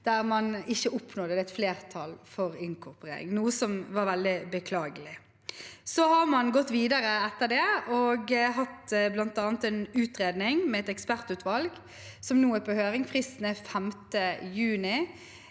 der man ikke oppnådde et flertall for inkorporering, noe som var veldig beklagelig. Så har man gått videre etter det og bl.a. hatt en utredning med et ekspertutvalg, som nå er på høring. Fristen er 5. juni.